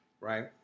right